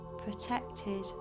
protected